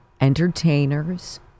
entertainers